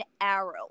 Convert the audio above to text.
arrow